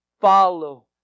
Follow